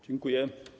Dziękuję.